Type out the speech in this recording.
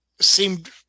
seemed